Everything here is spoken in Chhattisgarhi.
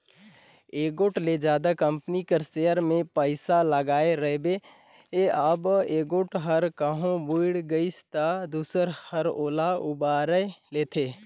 एगोट ले जादा कंपनी कर सेयर में पइसा लगाय रिबे अउ एगोट हर कहों बुइड़ गइस ता दूसर हर ओला उबाएर लेथे